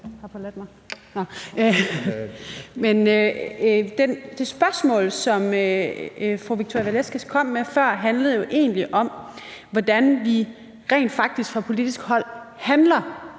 Det spørgsmål, fru Victoria Velasquez kom med før, handlede jo egentlig om, hvordan vi rent faktisk fra politisk hold handler